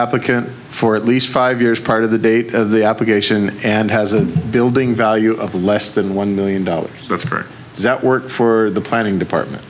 applicant for at least five years part of the date of the application and has a building value of less than one million dollars of that work for the planning department